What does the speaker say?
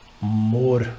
more